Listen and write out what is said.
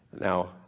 Now